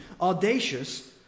audacious